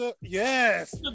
Yes